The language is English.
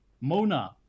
Mona